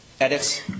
edits